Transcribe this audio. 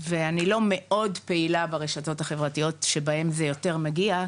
ואני לא מאוד פעילה ברשתות החברתיות שבהם זה יותר מגיע,